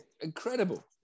Incredible